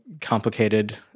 complicated